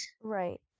Right